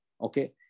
Okay